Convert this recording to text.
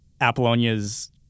Apollonia's